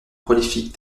prolifique